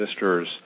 resistors